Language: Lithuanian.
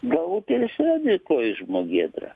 galbūt ir jis yra dvikojis žmogėdra